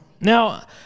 Now